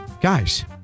Guys